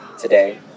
Today